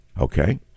okay